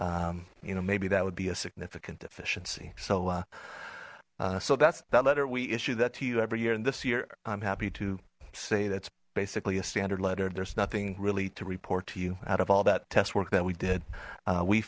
process you know maybe that would be a significant deficiency so uh so that's that letter we issued that to you every year and this year i'm happy to say that's basically a standard letter there's nothing really to report to you out of all that test work that we did